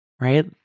right